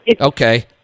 Okay